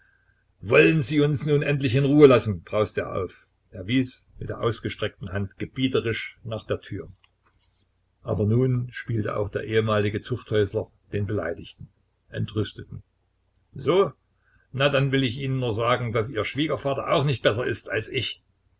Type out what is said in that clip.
wollen sie uns nun endlich in ruhe lassen brauste er auf er wies mit der ausgestreckten hand gebieterisch nach der tür aber nun spielte auch der ehemalige zuchthäusler den beleidigten entrüsteten so na dann will ich ihnen nur sagen daß ihr schwiegervater auch nichts bessres ist als ich